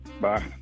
Bye